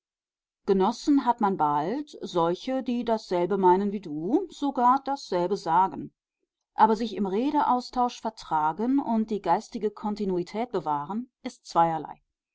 genossen hat man bald solche die dasselbe meinen wie du sogar dasselbe sagen aber sich im redeaustausch vertragen und die geistige kontinuität bewahren ist zweierlei